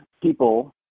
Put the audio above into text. people